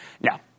Now